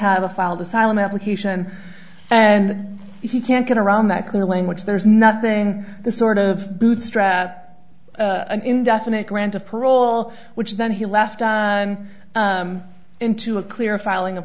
have a filed asylum application and if he can't get around that clear language there's nothing the sort of bootstrap an indefinite grant of parole which then he left into a clear filing of